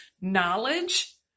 knowledge